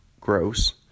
gross